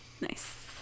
Nice